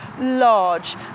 large